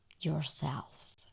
yourselves